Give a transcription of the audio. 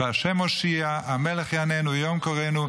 ש"ה' הושיעה המלך יעננו ביום קראנו"